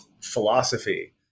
philosophy